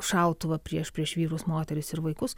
šautuvą prieš prieš vyrus moteris ir vaikus